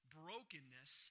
brokenness